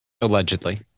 allegedly